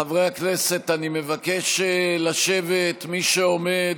חברי הכנסת, אני מבקש לשבת, מי שעומד.